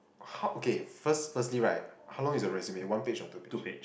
ho~ okay first firstly right how long is your resume one page or two page